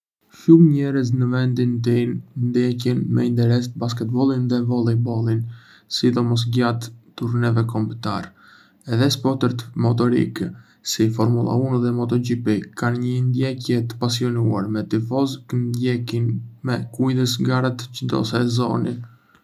Shumë njerëz në vendin tim ndjekin me interes basketbollin dhe volejbollin, sidomos gjatë turneve kombëtare. Edhe sportet motorike, si Formula një dhe MotoGP, kanë një ndjekje të pasionuar, me tifozë që ndjekin me kujdes garat e çdo sezoni.